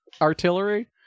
artillery